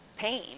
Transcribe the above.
pain